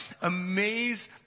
amaze